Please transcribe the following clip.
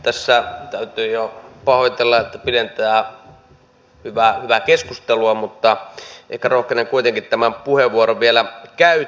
tässä täytyy jo pahoitella että pidentää hyvää keskustelua mutta ehkä rohkenen kuitenkin tämän puheenvuoron vielä käyttää